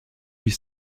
huit